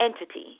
entity